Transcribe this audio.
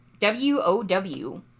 W-O-W